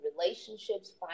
relationships